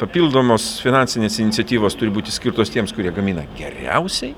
papildomos finansinės iniciatyvos turi būti skirtos tiems kurie gamina geriausiai